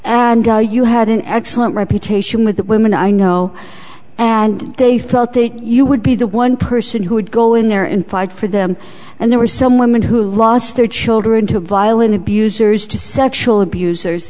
guy you had an excellent reputation with the women i know and they felt they you would be the one person who would go in there in fight for them and there were some women who lost their children to a violent abusers to sexual abusers